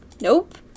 Nope